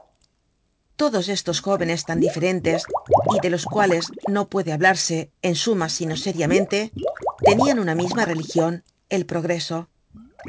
todos estos jóvenes tan diferentes y de los cuales no puede hablarse en suma sino sériamente tenian una misma religion el progreso